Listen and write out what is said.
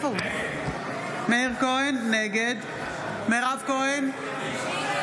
נגד מירב כהן,